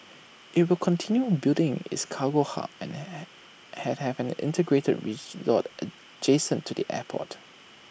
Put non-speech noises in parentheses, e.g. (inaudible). IT will continue building its cargo hub and (noise) had have an integrated resort adjacent to the airport